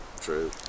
True